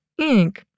Inc